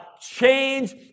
change